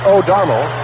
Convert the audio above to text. O'Donnell